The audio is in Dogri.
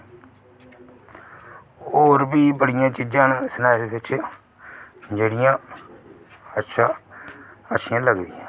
होर बी बड़ियां चीज़ां न स्नैक्स बिच जेह्ड़ियां अच्छा अच्छियां लगदियां